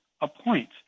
appoint